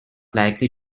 likely